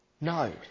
No